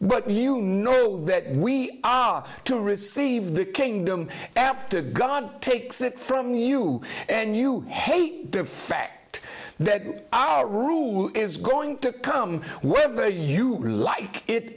but you know that we are to receive the kingdom after god takes it from you and you hate the fact that our rule is going to come wherever you like it